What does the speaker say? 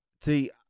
See